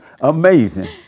Amazing